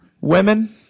Women